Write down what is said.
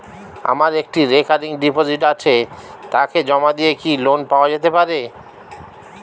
আমার একটি recurring deposit আছে তাকে জমা দিয়ে কি লোন পাওয়া যেতে পারে?